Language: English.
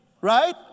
Right